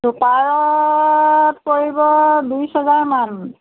চুপাৰত পৰিব বিশ হাজাৰ মান